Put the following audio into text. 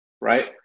right